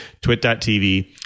twit.tv